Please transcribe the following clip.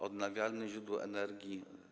Odnawialne źródło energii.